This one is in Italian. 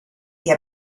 che